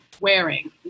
wearing